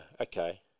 Okay